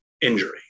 injury